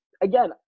again